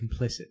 complicit